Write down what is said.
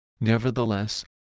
Nevertheless